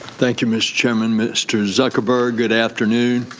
thank you, mr. chairman. mr. zuckerberg, good afternoon.